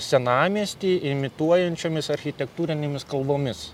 senamiestį imituojančiomis architektūrinėmis kalvomis